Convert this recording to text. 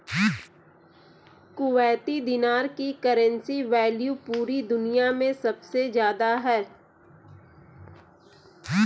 Kuwaiti दीनार की currency value पूरी दुनिया मे सबसे ज्यादा है